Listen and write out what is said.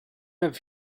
have